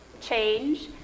change